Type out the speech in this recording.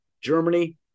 Germany